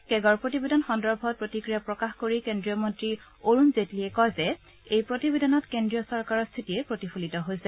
কেগৰ প্ৰতিবদেন সন্দৰ্ভত প্ৰতিক্ৰীয়া প্ৰকাশ কৰি কেন্দ্ৰীয় মন্নী অৰুণ জেটলীয়ে কয় যে এই প্ৰতিবেদনত কেন্দ্ৰীয় চৰকাৰৰ স্থিতিয়ে প্ৰতিফলিত হৈছে